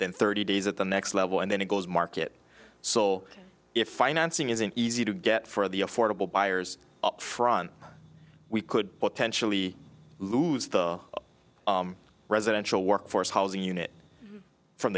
in thirty days at the next level and then it goes market so if financing is easy to get for the affordable buyers up front we could potentially lose the residential workforce housing unit from